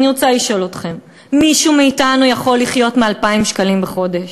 אני רוצה לשאול אתכם: מישהו מאתנו יכול לחיות מ-2,000 שקלים בחודש?